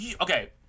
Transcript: okay